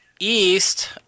east